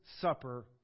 Supper